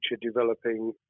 developing